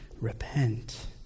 Repent